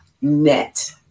net